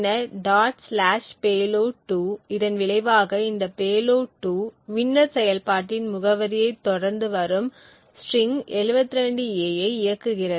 payload 2 இதன் விளைவாக இந்த பேலோட் 2 வின்னர் செயல்பாட்டின் முகவரியை தொடர்ந்து வரும் ஸ்ட்ரிங் 72 A ஐ இயக்குகிறது